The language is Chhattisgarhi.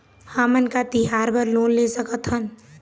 हमन का तिहार बर लोन ले सकथन?